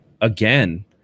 Again